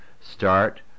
start